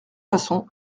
façons